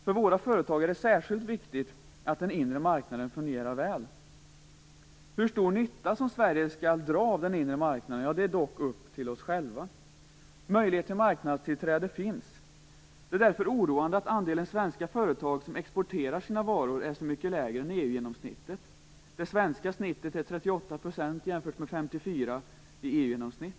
För våra företag är det särskilt viktigt att den inre marknaden fungerar väl. Hur stor nytta som Sverige skall dra av den inre marknaden är dock upp till oss själva. Möjlighet till marknadstillträde finns. Det är därför oroande att andelen svenska företag som exporterar sina varor är så mycket lägre än EU genomsnittet. Det svenska snittet är 38 %. Det kan jämföras med EU:s genomsnitt på 54 %.